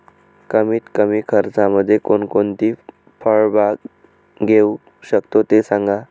कमीत कमी खर्चामध्ये कोणकोणती फळबाग घेऊ शकतो ते सांगा